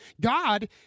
God